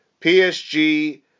PSG